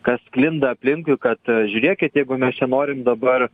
kas sklinda aplinkui kad žiūrėkit jeigu mes čia norim dabar